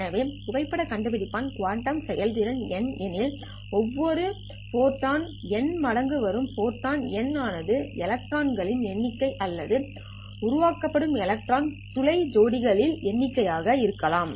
எனவே புகைப்படக் கண்டுபிடிப்பான் குவாண்டம் செயல்திறன் η எனில் ஒவ்வொரு ஃபோட்டான் η மடங்கு வரும் ஃபோட்டான் எண் ஆனது எலக்ட்ரான் எண்ணிக்கை அல்லது உருவாக்கப்படும் எலக்ட்ரான் துளை ஜோடி எண்ணிக்கை ஆக இருக்கலாம்